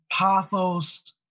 pathos